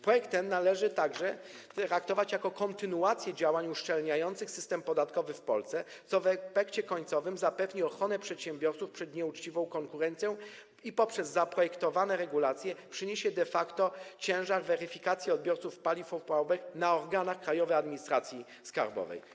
Projekt ten należy także traktować jako kontynuację działań uszczelniających system podatkowy w Polsce, co w efekcie końcowym zapewni ochronę przedsiębiorców przed nieuczciwą konkurencją i poprzez zaprojektowane regulacje przeniesie de facto ciężar weryfikacji odbiorców paliw opałowych na organa Krajowej Administracji Skarbowej.